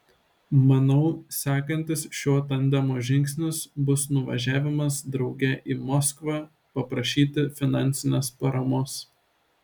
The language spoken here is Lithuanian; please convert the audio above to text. manau sekantis šio tandemo žingsnis bus nuvažiavimas drauge į moskvą paprašyti finansinės paramos